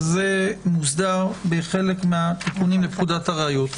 מוסדר בחלק מהתיקונים לפקודת הראיות.